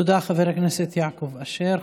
תודה, חבר הכנסת יעקב אשר.